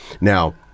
Now